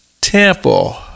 temple